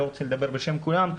אני לא רוצה לדבר בשם כולם,